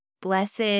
blessed